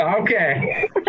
Okay